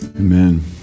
Amen